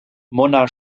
mona